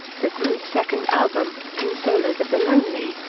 the group's second album, consolers of the lonely,